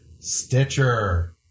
Stitcher